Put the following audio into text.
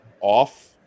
off